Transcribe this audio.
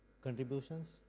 contributions